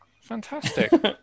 fantastic